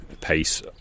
pace